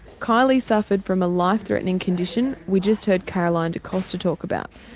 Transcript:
kylie suffered from a life threatening condition we just heard caroline de costa talk about,